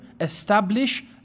establish